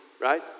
right